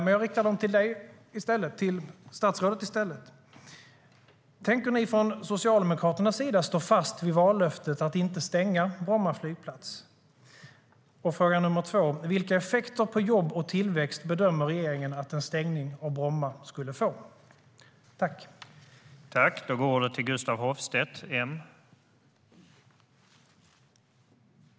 Då riktar jag dem till statsrådet i stället: Tänker ni från Socialdemokraternas sida stå fast vid vallöftet att inte stänga Bromma flygplats? Vilka effekter på jobb och tillväxt bedömer regeringen att en stängning av Bromma skulle få?